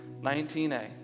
19a